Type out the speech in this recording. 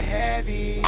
heavy